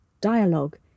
Dialogue